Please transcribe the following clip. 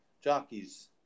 jockeys